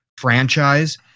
franchise